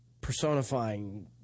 personifying